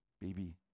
baby